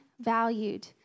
valued